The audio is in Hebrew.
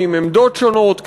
ועם עמדות שונות,